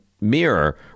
mirror